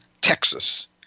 Texas